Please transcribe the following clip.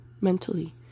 mentally